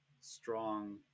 strong